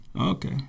Okay